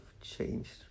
changed